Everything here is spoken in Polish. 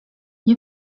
nie